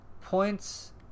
points